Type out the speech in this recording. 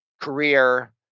career